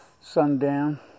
sundown